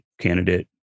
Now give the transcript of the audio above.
candidate